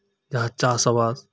ᱡᱟᱦᱟᱸ ᱪᱟᱥ ᱟᱵᱟᱫ